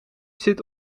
zit